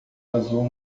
azul